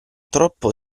troppo